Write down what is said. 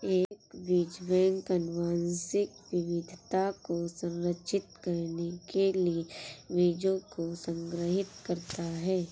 एक बीज बैंक आनुवंशिक विविधता को संरक्षित करने के लिए बीजों को संग्रहीत करता है